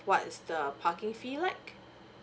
what's the parking fee like